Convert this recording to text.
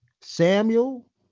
Samuel